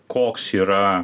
koks yra